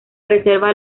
reserva